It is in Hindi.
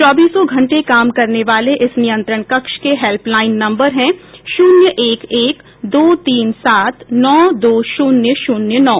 चौबीसों घंटे काम करने वाले इस नियंत्रण कक्ष के हेल्पलाइन नम्बर हैं शून्य एक एक दो तीन सात नौ दो शून्य शून्य नौ